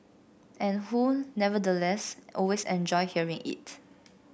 and who nevertheless always enjoy hearing it